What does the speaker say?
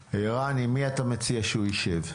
רן, עם מי אתה מציע שהוא ישב?